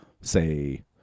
say